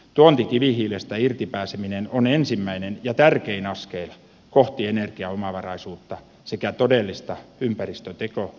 tuontikivihiilestä irti pääseminen on ensimmäinen ja tärkein askel kohti energiaomavaraisuutta sekä todellista ympäristöteko